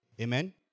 Amen